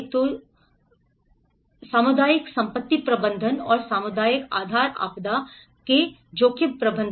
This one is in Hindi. तो यह वह जगह है जहाँ सामुदायिक संपत्ति प्रबंधन और सामुदायिक आधार आपदा है जोखिम प्रबंधन